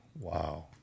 Wow